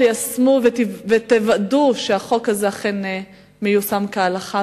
תיישמו ותוודאו שהחוק הזה אכן מיושם כהלכה.